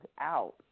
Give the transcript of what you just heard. out